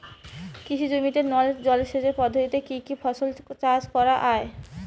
কৃষি জমিতে নল জলসেচ পদ্ধতিতে কী কী ফসল চাষ করা য়ায়?